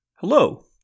Hello